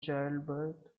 childbirth